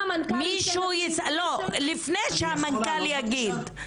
לפני שהמנכ"ל יגיד.